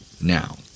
now